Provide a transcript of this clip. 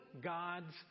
God's